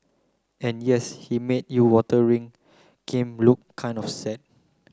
and yes he made your water ring game look kind of sad